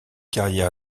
carrière